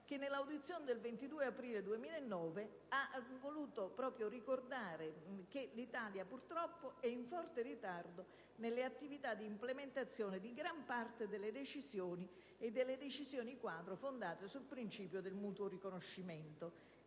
nell'audizione del 22 aprile 2009, ha voluto ricordare che «l'Italia purtroppo è in forte ritardo nelle attività di implementazione di gran parte delle decisioni e delle decisioni quadro fondate sul principio del mutuo riconoscimento»